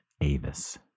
Avis